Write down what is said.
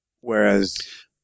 whereas